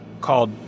called